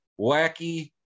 wacky